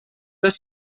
their